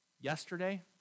yesterday